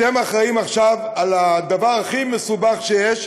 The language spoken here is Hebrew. אתם אחראים עכשיו לדבר הכי מסובך שיש,